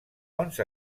bons